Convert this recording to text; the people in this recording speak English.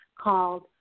called